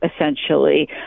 essentially